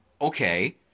okay